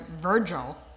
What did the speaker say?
Virgil